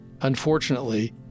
Unfortunately